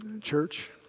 church